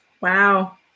wow